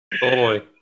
boy